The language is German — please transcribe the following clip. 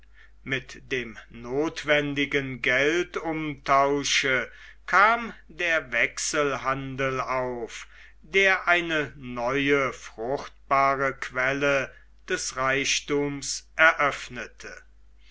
mit dem notwendigen geldumtausche kam der wechselhandel aus der eine neue fruchtbare quelle des reichthums eröffnete